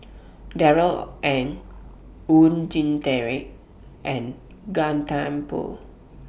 Darrell Ang Oon Jin Teik and Gan Thiam Poh